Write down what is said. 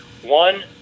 One